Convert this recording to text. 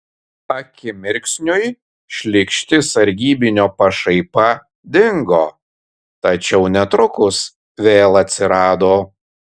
akimirksniui šlykšti sargybinio pašaipa dingo tačiau netrukus vėl atsirado